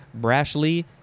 Brashly